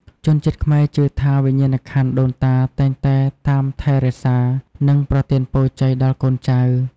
ជនជាតិខ្មែរជឿថា វិញ្ញាណក្ខន្ធដូនតាតែងតែតាមថែរក្សា និងប្រទានពរជ័យដល់កូនចៅ។